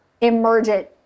emergent